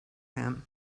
him